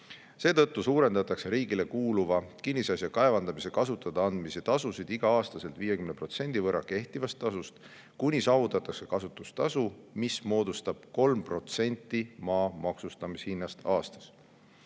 Seetõttu suurendatakse riigile kuuluva kinnisasja kaevandamiseks kasutada andmise tasusid iga aasta 50% võrra kehtivast tasust, kuni saavutatakse kasutustasu, mis moodustab 3% maa maksustamishinnast aastas.